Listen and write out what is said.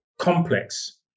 complex